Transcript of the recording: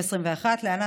2021 (להלן,